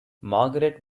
margaret